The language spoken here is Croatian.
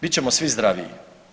Bit ćemo svi zdraviji.